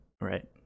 right